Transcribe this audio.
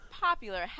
popular